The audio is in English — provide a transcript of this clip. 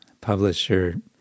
publisher